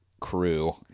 crew